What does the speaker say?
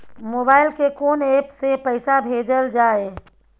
Mobile के कोन app से पैसा भेजल जाए?